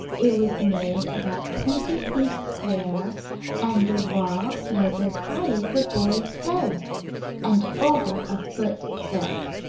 it was made about twenty feet square and the wall was as high as the boys' heads and over a foot thick.